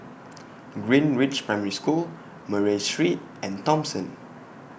Greenridge Primary School Murray Street and Thomson